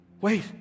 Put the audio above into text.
wait